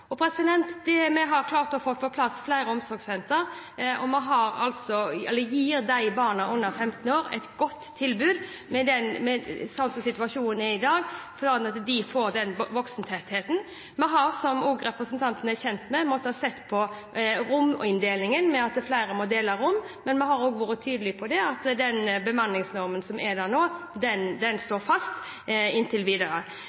Det vi har klart å få på plass, er flere omsorgssentre, og vi gir de barna under 15 år et godt tilbud slik situasjonen er i dag. Planen er at de får den voksentettheten. Vi har også, som representanten er kjent med, måttet se på rominndelingen, det at flere må dele rom, men vi har også vært tydelig på at den bemanningsrammen man har nå, står fast inntil videre.